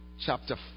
chapter